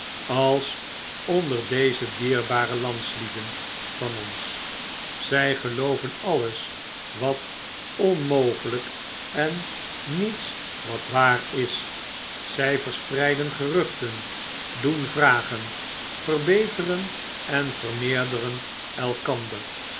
als onder deze dierbare landslieden van ons zy gelooven alles wat onmogelijk en niets wat waar is zy verspreiden gerucbten doen vragen verbeteren en vermeerderen elkander